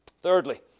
Thirdly